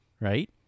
right